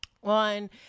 one